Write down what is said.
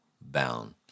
bound